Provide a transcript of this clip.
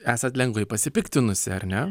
esant lengvai pasipiktinusi ar ne